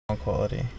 Quality